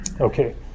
Okay